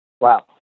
wow